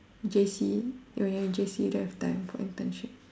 J_C when you were in J_C you don't have time for internship